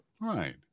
Right